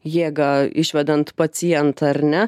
jėgą išvedant pacientą ar ne